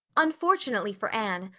unfortunately for anne,